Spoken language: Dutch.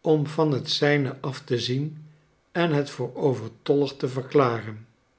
om van het zijne af te zien en het voor overtollig te verklaren